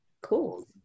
cool